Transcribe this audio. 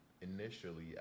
initially